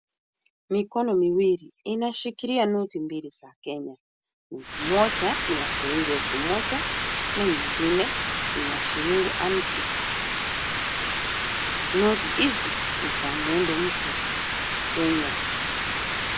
Mikono miwili inashikilia noti mbili za Kenya. Noti moja ni ya shilingi elfu moja na nyingine ni ya shilingi hamsini. Noti hizi ni za muundo mpya wa Kenya.